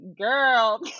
Girl